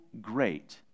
great